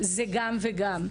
זה גם וגם.